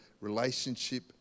relationship